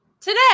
today